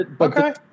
Okay